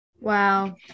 wow